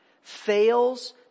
Fails